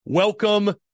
Welcome